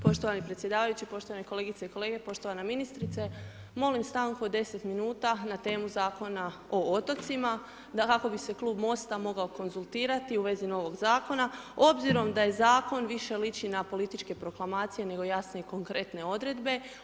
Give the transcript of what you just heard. Poštovani predsjedavajući, poštovani kolegice i kolege, poštovana ministrice, molim stanku od 10 minuta na temu Zakona o otocima kako bi se klub Mosta mogao konzultirati u vezi novog zakona obzirom da je zakon više liči na političke proklamacije nego jasne i konkretne odredbe.